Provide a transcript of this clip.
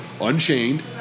Unchained